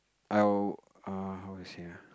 I'll err how to say ah